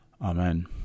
amen